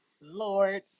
Lord